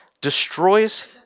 destroys